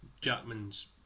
Jackman's